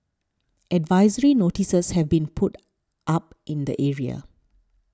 advisory notices have been put up in the area